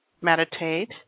meditate